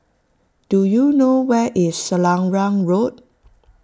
do you know where is Selarang Road